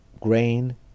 grain